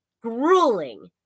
grueling